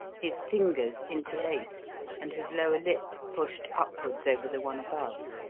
his fingers interlaced and his lower lip pushed upwards over the one above.